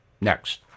next